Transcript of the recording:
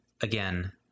again